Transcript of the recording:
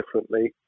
differently